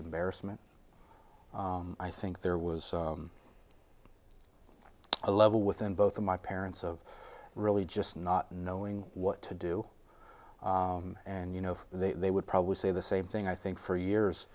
embarrassment i think there was a level within both of my parents of really just not knowing what to do and you know they would probably say the same thing i think for years